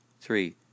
Three